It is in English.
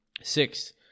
six